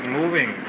moving